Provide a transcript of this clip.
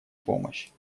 помощь